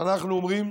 אנחנו אומרים: